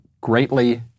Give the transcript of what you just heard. greatly